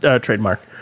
trademark